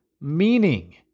meaning